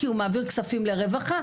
כי היא מעבירה כסף לרווחה,